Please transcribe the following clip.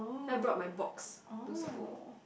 then I brought my box to school